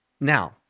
Now